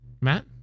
Matt